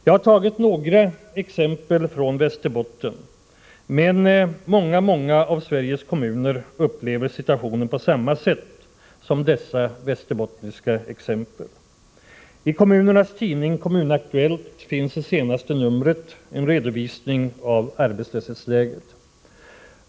Jag har tagit några exempel från Västerbotten, men många av Sveriges kommuner upplever situationen på samma sätt som i dessa västerbottniska exempel. I det senaste numret av kommunernas tidning Kommun Aktuellt finns en redovisning av arbetslöshetsläget.